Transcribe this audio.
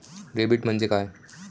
Debit म्हणजे काय?